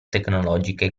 tecnologiche